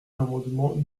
l’amendement